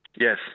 Yes